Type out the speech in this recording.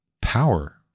power